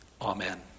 Amen